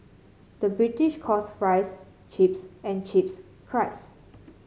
the British calls fries chips and chips cries